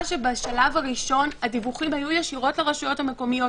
שבשלב הראשון הדיווחים היו ישירות לרשויות המקומיות.